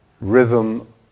rhythm